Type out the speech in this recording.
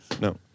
no